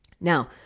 Now